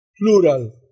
Plural